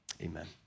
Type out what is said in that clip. amen